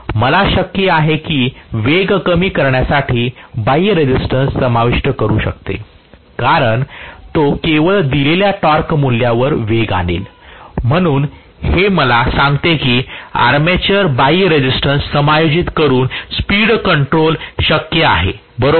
तर मला शक्य आहे कि वेग कमी करण्यासाठी बाह्य रेसिस्टन्स समाविष्ट करू शकतो कारण तो केवळ दिलेल्या टॉर्क मूल्यावर वेग आणेल म्हणून हे मला सांगते की आर्मेचर बाह्य रेसिस्टन्स समायोजित करून स्पीड कंट्रोल शक्य आहे बरोबर